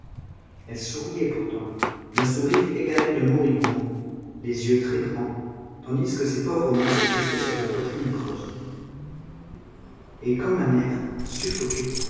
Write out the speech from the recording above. elle souriait pourtant d'un sourire égaré de moribonde les yeux très grands tandis que ses pauvres mains se crispaient sur sa poitrine creuse et comme la mère suffoquée